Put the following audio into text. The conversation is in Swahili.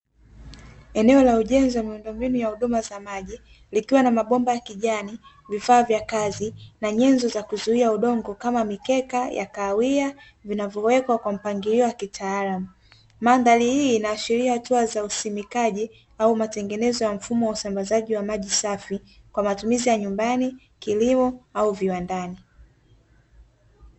Eneo la ujenzi wa miundombinu ya huduma za maji, likiwa na mabomba ya kijani, vifaa vya kazi na nyenzo za kuzuia udongo kama mikeka ya kahawia, vinavyowekwa kwa mpangilio wa kitaalamu. Mandhari hii inaashiria hatua za usimikaji au matengenezo ya mfumo wa usambazaji wa maji safi, kwa matumizi ya nyumbani, kilimo au viwandani.